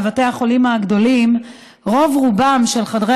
בבתי החולים הגדולים רוב-רובם של חדרי